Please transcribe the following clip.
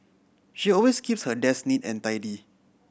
she always keeps her desk neat and tidy